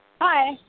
hi